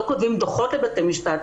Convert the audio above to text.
לא כותבים דוחות לבתי משפט,